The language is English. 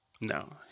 no